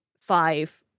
five